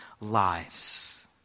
lives